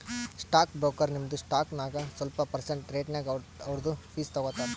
stock broker ನಿಮ್ದು stock ನಾಗ್ ಸ್ವಲ್ಪ ಪರ್ಸೆಂಟ್ ರೇಟ್ನಾಗ್ ಅವ್ರದು ಫೀಸ್ ತಗೋತಾರ